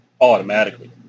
automatically